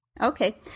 Okay